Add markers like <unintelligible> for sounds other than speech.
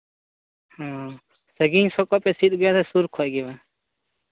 ᱦᱮᱸ <unintelligible> ᱥᱩᱨ ᱠᱷᱚᱱ ᱜᱮ ᱵᱟᱝ